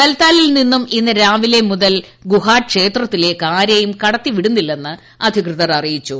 ബൽതാലിൽ നിന്നും ഇന്ന് രാവിലെ മുതൽ ഗുഹാക്ഷേത്രത്തിലേക്ക് ആര്രേയൂർ കടത്തി വിടുന്നില്ലെന്ന് അധികൃതർ അറിയിച്ചു